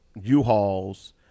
u-hauls